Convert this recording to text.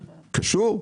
קשור?